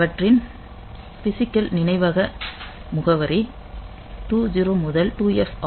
அவற்றின் ப்பிஷிக்கல் நினைவக முகவரி 20 முதல் 2F ஆகும்